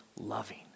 loving